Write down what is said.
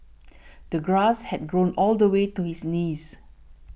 the grass had grown all the way to his knees